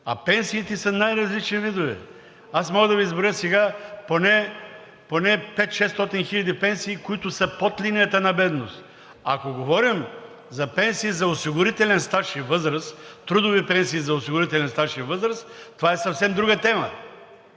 а пенсиите са най различни видове. Аз мога сега да Ви изброя поне 500 – 600 хиляди пенсии, които са под линията на бедност. Ако говорим за пенсии за осигурителен стаж и възраст – трудови пенсии за осигурителен стаж и възраст, това е съвсем друга тема.